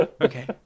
Okay